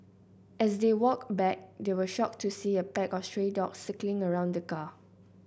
as they walked back they were shocked to see a pack of stray dogs circling around the car